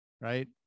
Right